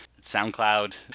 SoundCloud